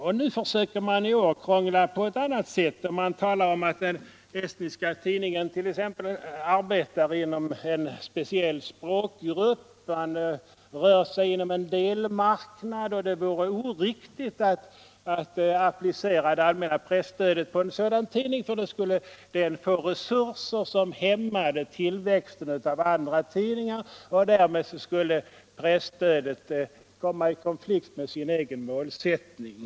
I år försöker man krångla på ett annat sätt och talar om att t.ex. den estniska tidningen arbetar inom en speciell språkgrupp, att den rör sig inom en delmarknad och att det vore oriktigt att applicera det allmänna presstödet på en sådan tidning, för då skulle den få resurser som hämmade tillväxten av andra tidningar och därmed skulle presstödet komma i konflikt med sin egen målsättning.